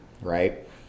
right